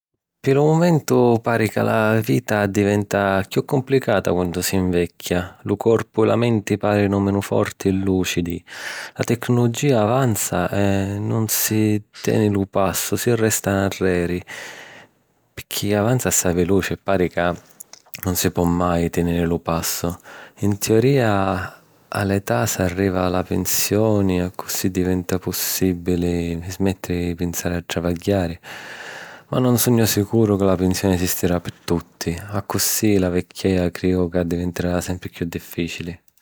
Pi lu mumentu, pari ca la vita addiventa chiù cumplicata quannu s’invecchia. Lu corpu e la menti pàrinu menu forti e lùcidi. La tecnolugìa avanza, e si nun si teni lu passu si resta nnarreri, picchì avanza assai viluci e pari ca nun si po mai tèniri lu passu. ‘N teorìa, a l’età s'arriva a la pinsioni e accussì diventa pussìbili smèttiri di pinsari a travagghiari, ma nun sugnu sicuru ca la pinsioni esistirà pi tutti. Accussì, la vecchiaia crìu ca addivintarà sempri chiù dìfficili.